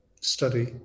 study